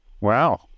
Wow